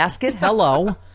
hello